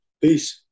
peace